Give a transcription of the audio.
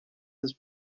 his